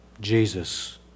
Jesus